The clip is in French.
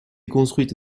construite